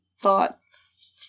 thoughts